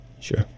Sure